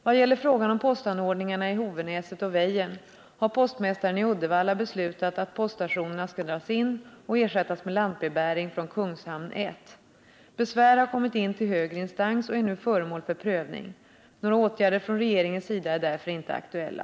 Vad gäller frågan om postanordningarna i Hovenäset och Väjern har postmästaren i Uddevalla beslutat att poststationerna skall dras in och ersättas med lantbrevbäring från Kungshamn 1. Besvär har kommit in till högre instans och är nu föremål för prövning. Några åtgärder från regeringens sida är därför inte aktuella.